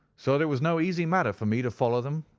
so that it was no easy matter for me to follow them.